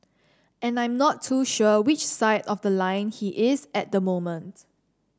and I'm not too sure which side of the line he is at the moment